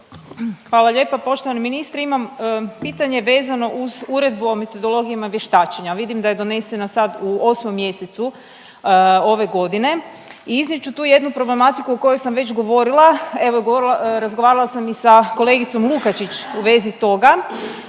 Hvala lijepa. Poštovani ministre, imam pitanje vezano uz Uredbu o metodologijama vještačenja. Vidim da je donesena sad u 8. mjesecu ove godine i iznijet ću tu jednu problematiku o kojoj sam već govorila. Evo govori…, razgovarala sam i sa kolegicom Lukačić u vezi toga,